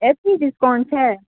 ऐसी discount छै